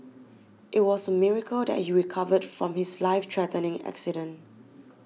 it was a miracle that he recovered from his life threatening accident